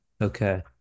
okay